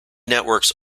networks